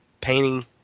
painting